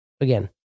Again